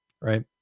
Right